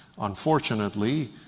Unfortunately